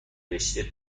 رشته